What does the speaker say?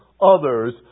others